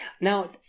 now